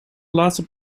laatste